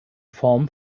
form